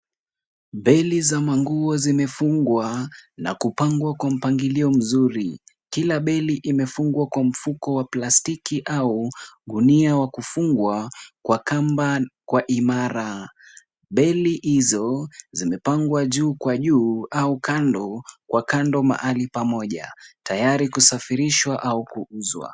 Beli za nguo zimefungwa na kupangwa kwa mpangilio mzuri. Kila beli imefungwa kwa mfuko wa plastiki au gunia wa kufungwa kwa kamba kwa imara. Beli hizo zimepangwa juu kwa juu au kando kwa kando mahali pamoja. Tayari kusafirishwa au kuuzwa.